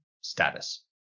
status